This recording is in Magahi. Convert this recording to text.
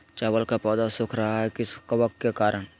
चावल का पौधा सुख रहा है किस कबक के करण?